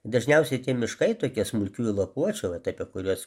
dažniausiai tie miškai tokie smulkiųjų lapuočių vat apie kuriuos